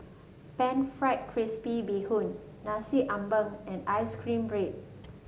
Pan fried crispy Bee Hoon Nasi Ambeng and ice cream bread